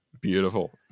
Beautiful